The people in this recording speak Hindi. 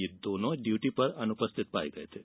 ये दोनों ड्यूटी पर अनुपस्थित पाये गये थे